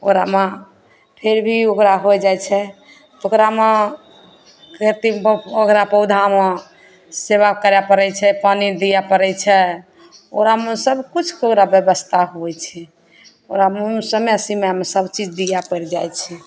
ओकरामे फिर भी ओकरा हो जाइत छै ओकरामे कतेक ओकरा पौधा मऽ सेवा करै पड़ै छै पानि दिअ पड़ैत छै ओकरामे सभ किछु ब्यवस्था होइ छै ओकरामे समय समयमे सभचीज दिअ पड़ि जाइत छै